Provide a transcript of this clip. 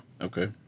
Okay